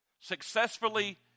Successfully